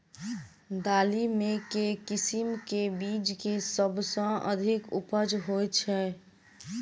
दालि मे केँ किसिम केँ बीज केँ सबसँ अधिक उपज होए छै?